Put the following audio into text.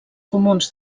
comuns